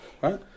right